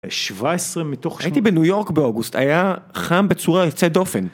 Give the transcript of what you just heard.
17 מתוך ש... הייתי בניו יורק באוגוסט היה חם בצורה יוצאת דופן.